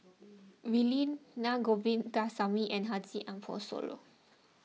Wee Lin Na Govindasamy and Haji Ambo Sooloh